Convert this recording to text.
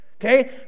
Okay